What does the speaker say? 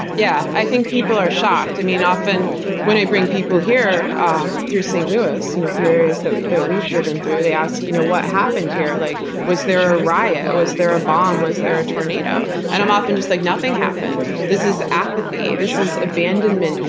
yeah. i think people are shocked. i mean, often when i bring people here um through saint louis, you know through areas that that we've driven through, they ask, you know what happened here? like was there a riot? was there a bomb, was there a tornado? and i'm often just like, nothing happened. this is apathy. this is abandonment.